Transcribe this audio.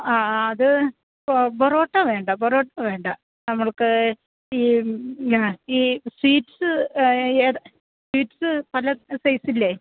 ആ അത് പൊറോട്ട വേണ്ട പൊറോട്ട വേണ്ട നമ്മൾക്ക് ഈ ന്യാ ഈ സ്വീറ്റ്സ് ഏത് സ്വീറ്റ്സ് പല സൈസില്ലേ